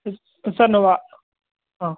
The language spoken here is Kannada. ಸರ್ ನಾವು ಹಾಂ